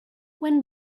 when